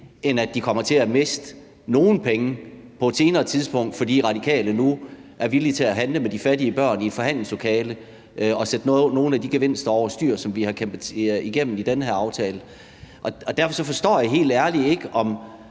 end at de kommer til at miste nogle penge på et senere tidspunkt, fordi Radikale nu er villig til at handle med de fattige børn i et forhandlingslokale og sætte nogle af de gevinster over styr, som vi har kæmpet igennem med den her aftale. Jeg forstår helt ærligt ikke, om